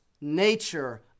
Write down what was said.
nature